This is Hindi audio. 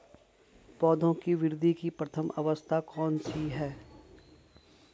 पौधों की वृद्धि की प्रथम अवस्था कौन सी है?